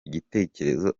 igitekerezo